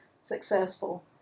successful